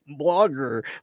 blogger